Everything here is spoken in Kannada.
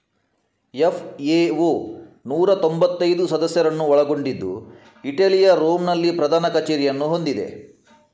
ಎಫ್.ಎ.ಓ ನೂರಾ ತೊಂಭತ್ತೈದು ಸದಸ್ಯರನ್ನು ಒಳಗೊಂಡಿದ್ದು ಇಟಲಿಯ ರೋಮ್ ನಲ್ಲಿ ಪ್ರಧಾನ ಕಚೇರಿಯನ್ನು ಹೊಂದಿದೆ